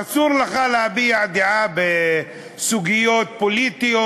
אסור לך להביע דעה בסוגיות פוליטיות,